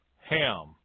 Ham